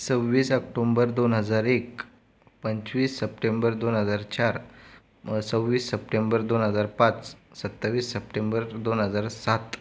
सव्वीस ऑक्टोम्बर दोन हजार एक पंचवीस सप्टेंबर दोन हजार चार सव्वीस सप्टेंबर दोन हजार पाच सत्तावीस सप्टेंबर दोन हजार सात